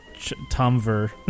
Tomver